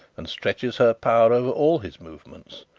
and stretches her power over all his movements,